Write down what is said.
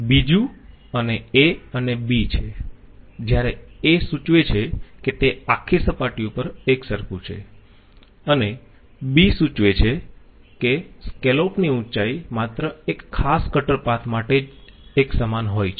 બીજુ અને a અને b છે જયારે a સૂચવે છે કે તે આખી સપાટી ઉપર એકસરખું છે અને b સૂચવે છે કે સ્કેલોપ ની ઉંચાઈ માત્ર એક ખાસ કટર પાથ માટે જ એક સમાન હોય છે